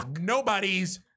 nobody's